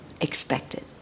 expected